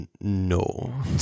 no